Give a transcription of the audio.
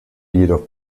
jedoch